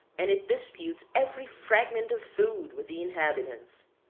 and it disputes every fragment of food with the inhabitants.